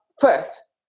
first